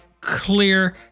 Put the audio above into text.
clear